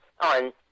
on